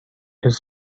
his